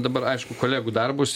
dabar aišku kolegų darbus